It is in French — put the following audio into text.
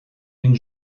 une